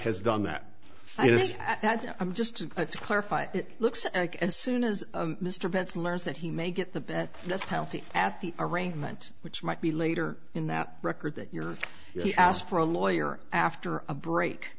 has done that and i'm just to clarify it looks like as soon as mr pitts learns that he may get the best that's healthy at the arrangement which might be later in that record that your he asked for a lawyer after a break